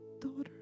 daughter